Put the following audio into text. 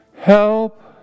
Help